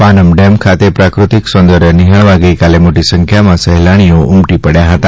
પાનમડેમ ખાતે પ્રાક્રતિક સૌંદર્ય નિહાળવા ગઇકાલે મોટી સંખ્યામાં સહેલાણીઓ ઉમટી પડ્યા હતા